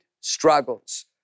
struggles